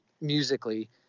musically